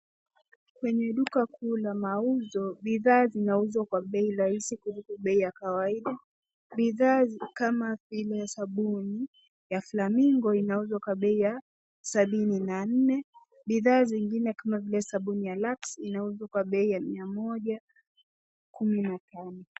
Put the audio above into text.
Kwenye duka kuu la mauzo bidhaa zinauzwa kwa bei rahisi kuliko bei ya kawaida, bidhaa kama vile sabuni ya [flamingo] inauzwa kwa bei ya sabini na nne bidhaa zingine kama vile sabuni ya[ lux ]inauzwa kwa bei ya mia moja kumi na tano .